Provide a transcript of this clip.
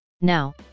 Now